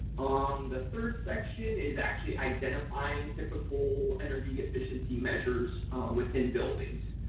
um the third section is actually identifying typical energy efficiency measures within buildings.